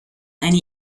eine